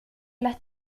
las